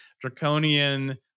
draconian